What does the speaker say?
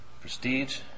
prestige